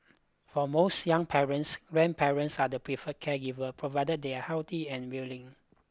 for most young parents grandparents are the preferred caregiver provided they are healthy and willing